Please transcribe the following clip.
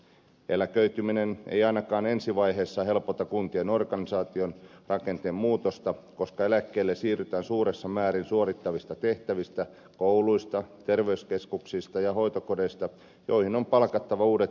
eläköityminen ei ainakaan ensi vaiheessa helpota kuntien organisaatiorakenteen muutosta koska eläkkeelle siirrytään suuressa määrin suorittavista tehtävistä kouluista terveyskeskuksista ja hoitokodeista joihin on palkattava uudet tekijät tilalle